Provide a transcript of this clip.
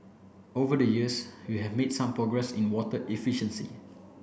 over the years we have made some progress in water efficiency